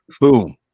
Boom